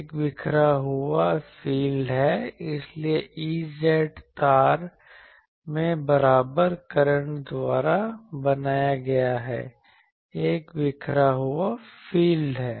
एक बिखरा हुआ फील्ड है इसलिए Ez तार में बराबर करंट द्वारा बनाया गया एक बिखरा हुआ फील्ड है